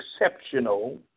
exceptional